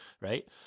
right